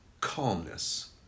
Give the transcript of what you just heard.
calmness